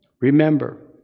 Remember